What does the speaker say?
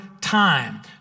time